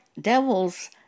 devils